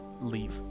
leave